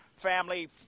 family